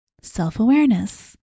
self-awareness